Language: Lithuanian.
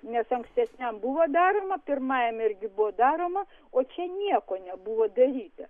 nes ankstesniam buvo daroma pirmajam irgi buvo daroma o čia nieko nebuvo daryta